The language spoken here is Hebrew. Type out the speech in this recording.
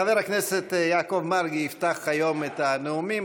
חבר הכנסת יעקב מרגי יפתח היום את הנאומים.